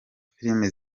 filime